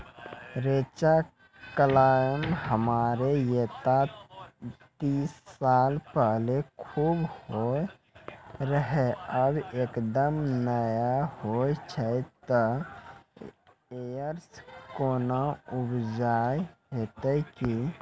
रेचा, कलाय हमरा येते तीस साल पहले खूब होय रहें, अब एकदम नैय होय छैय तऽ एकरऽ कोनो उपाय हेते कि?